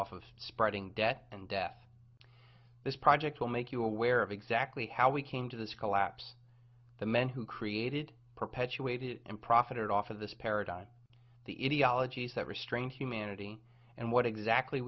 off of spreading debt and death this project will make you aware of exactly how we came to this collapse the men who created perpetuated and profited off of this paradigm the idiology is that restrain humanity and what exactly